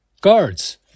Guards